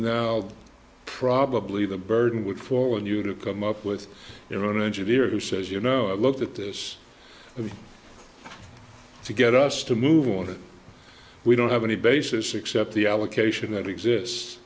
and probably the burden would for when you do come up with your own engineer who says you know i've looked at this to get us to move on we don't have any basis except the allocation that exists